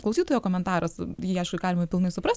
klausytojo komentaras jį aišku galima pilnai suprast